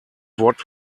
what